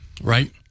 Right